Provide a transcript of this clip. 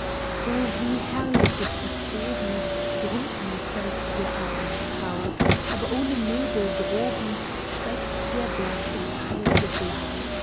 o wie herrlich ist es oben drunten fällt der abendthau aber ohne nebel droben steigt der berg in's